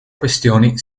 questioni